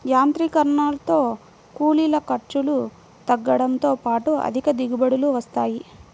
యాంత్రీకరణతో కూలీల ఖర్చులు తగ్గడంతో పాటు అధిక దిగుబడులు వస్తాయి